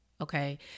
Okay